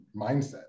mindset